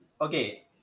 okay